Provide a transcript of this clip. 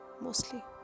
mostly